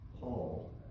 Paul